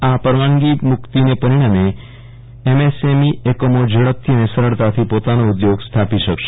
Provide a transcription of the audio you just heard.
આ પરવાનગો મુકિતને પરિણામે એમએસ એમ ઈ એકમો ઝડપથી અને સરળતાથી પોતાનો ઉધોગો સ્ થાપી શકશે